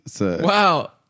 Wow